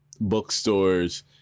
bookstores